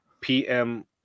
PM